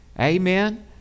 Amen